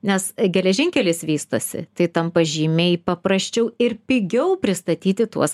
nes geležinkelis vystosi tai tampa žymiai paprasčiau ir pigiau pristatyti tuos